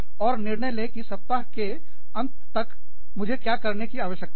और निर्णय ले कि हफ्ते के अंत तक मुझे क्या करने की आवश्यकता है